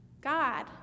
God